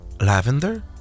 Lavender